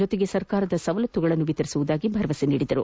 ಜೊತೆಗೆ ಸರ್ಕಾರದ ಸವಲತ್ತುಗಳನ್ನು ವಿತರಿಸುವುದಾಗಿ ಭರವಸೆ ನೀಡಿದರು